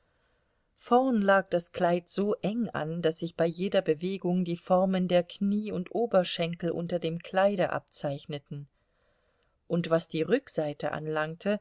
vorn lag das kleid so eng an daß sich bei jeder bewegung die formen der knie und oberschenkel unter dem kleide abzeichneten und was die rückseite anlangte